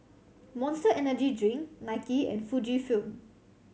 Monster Energy Drink Nike and Fujifilm